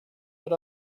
but